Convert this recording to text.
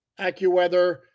AccuWeather